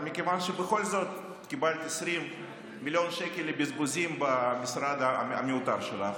מכיוון שבכל זאת קיבלת 20 מיליון שקלים לבזבוזים במשרד המיותר שלך,